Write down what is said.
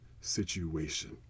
situation